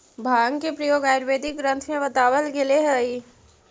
भाँग के प्रयोग आयुर्वेदिक ग्रन्थ में बतावल गेलेऽ हई